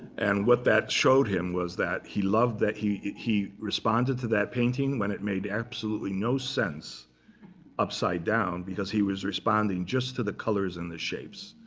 and what that showed him was that he that he he responded to that painting when it made absolutely no sense upside down, because he was responding just to the colors and the shapes.